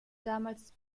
damals